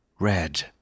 Red